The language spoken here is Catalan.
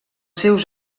seus